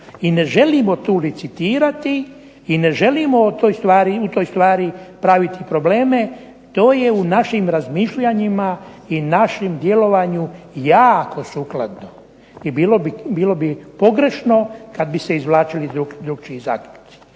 I ne želimo tu licitirati i ne želimo u toj stvari praviti probleme. To je u našim razmišljanjima i našem djelovanju jako sukladno i bilo bi pogrešno kada bi se izvlačili drugačiji zaključci.